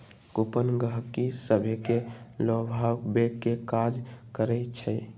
coupon गहकि सभके लोभावे के काज करइ छइ